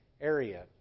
area